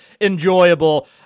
enjoyable